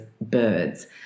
Birds